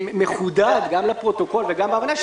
גם לפרוטוקול וגם בהבנה,